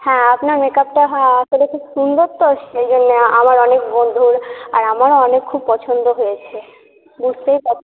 হ্যাঁ আপনার মেকআপটা হ্যাঁ আসলে খুব সুন্দর তো সেই জন্য আমার অনেক বন্ধুর আর আমারও অনেক খুব পছন্দ হয়েছে বুঝতেই পারছেন